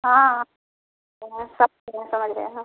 हाँ समझ गए हम